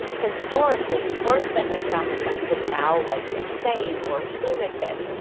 historically, words that may sound offensive now, like insane or lunatic,